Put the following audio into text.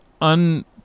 un